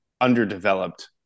underdeveloped